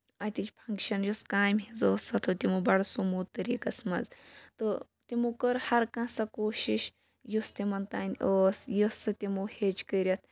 اَتِچ فَنکشَن یۄس کامہِ ہنٛز ٲسۍ سۄ تھٲو تِمو بڑٕ سُموٗتھ طٔریٖقَس منٛز تہٕ تِمو کٔر ہَر کانٛہہ سۄ کوٗشِش یۄس تِمن تانۍ ٲس یۄس سۄ تِمو ہٮ۪چۍ کٔرِتھ